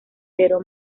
pero